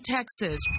Texas